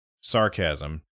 sarcasm